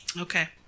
Okay